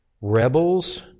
rebels